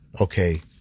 Okay